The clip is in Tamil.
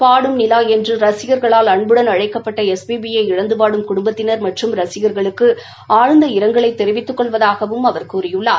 பாடும் நிலா என்று ரசிகள்களால் அன்புடன் அழைக்கப்பட்ட எஸ் பி பி யை இழந்து வாடும் குடும்பத்தினா் மற்றும் ரசிகா்களுக்கு ஆழ்ந்த இரங்கலை தொவித்துக் கொள்வதாகவும் அவர் கூறியுள்ளார்